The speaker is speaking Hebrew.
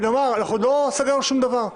לא סגרנו שום דבר.